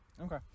Okay